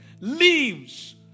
leaves